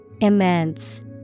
immense